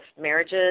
Marriages